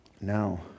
Now